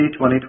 2020